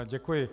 Děkuji.